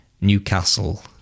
Newcastle